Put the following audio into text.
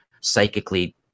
psychically